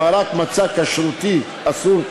הבהרת מצג כשרותי אסור),